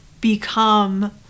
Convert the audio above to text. become